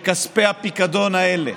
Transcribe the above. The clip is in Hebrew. כספי הפיקדון האלה,